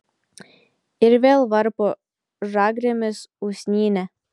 ir vėl varpo žagrėmis usnynę